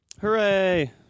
Hooray